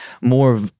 more